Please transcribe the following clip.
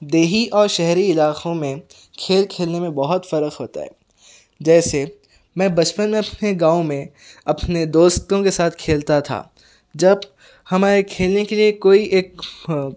دیہی اور شہری علاقوں میں کھیل کھیلنے میں کیا فرق ہے جیسے میں بچپن میں اپنے گاؤں میں اپنے دوستوں کے ساتھ کھیلتا تھا جب ہمارے کھیلنے کے لیے کوئی ایک